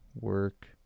work